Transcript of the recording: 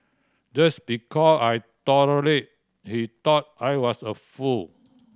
just because I tolerated he thought I was a fool